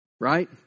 right